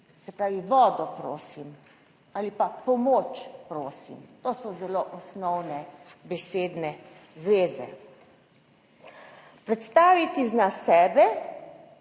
Se pravi: vodo, prosim, ali pa: pomoč, prosim. To so zelo osnovne besedne zveze. Predstaviti zna sebe